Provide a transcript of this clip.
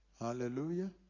Hallelujah